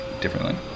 differently